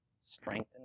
strengthen